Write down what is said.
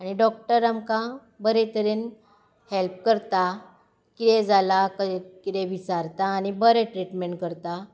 आनी डॉक्टर आमकां बरे तरेन हॅल्प करता कितें जालां कितें विचारता आनी बरें ट्रिटमँट करता